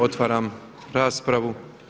Otvaram raspravu.